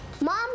Mom